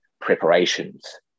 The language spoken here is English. preparations